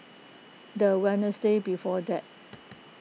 the Wednesday before that